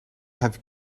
have